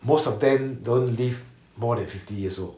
most of them don't live more than fifty years old